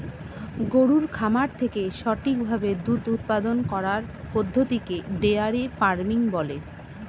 গরুর খামার থেকে সঠিক ভাবে দুধ উপাদান করার পদ্ধতিকে ডেয়ারি ফার্মিং বলে